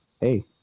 Hey